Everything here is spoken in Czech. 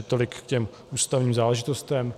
Tolik k ústavním záležitostem.